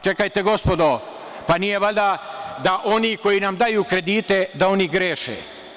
Čekajte, gospodo, pa nije valjda da oni koji nam daju kredite da u greše?